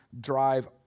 drive